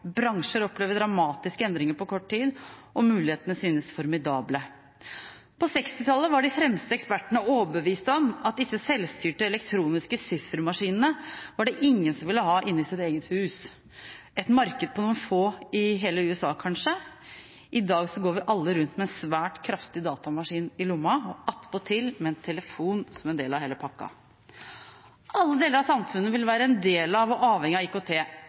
Bransjer opplever dramatiske endringer på kort tid, og mulighetene synes formidable. På 1960-tallet var de fremste ekspertene overbevist om at disse selvstyrte, elektroniske siffermaskinene var det ingen som ville ha inne i sitt eget hus. Et marked på noen få i hele USA, kanskje? I dag går vi alle rundt med en svært kraftig datamaskin i lomma og attpåtil med en telefon som en del av hele pakka. Alle deler av samfunnet vil være en del av og avhengig av IKT.